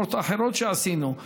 מרפורמות אחרות שעשינו: